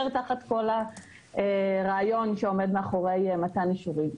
תחת כל הרעיון שעומד מאחורי מתן אישורים.